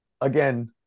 again